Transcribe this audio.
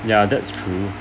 ya that's true